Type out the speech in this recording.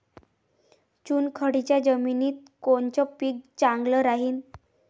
चुनखडीच्या जमिनीत कोनचं पीक चांगलं राहीन?